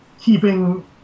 keeping